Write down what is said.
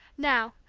now,